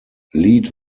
lead